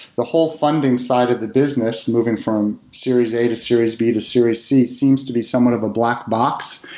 the whole funding side of the business moving from series a, to series b, to series c seems to be somewhat of a black box.